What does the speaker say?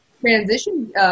transition